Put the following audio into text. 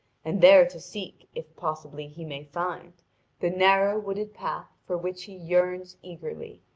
and there to seek if possibly he may find the narrow wooded path for which he yearns eagerly,